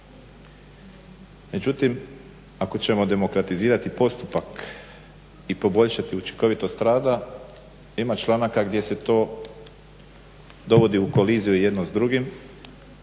Međutim, ako ćemo demokratizirati postupak i poboljšati učinkovitost rada ima članaka gdje se to dovodi u koliziju jedno s drugim,